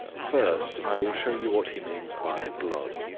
first, i will shew you what he means by blood.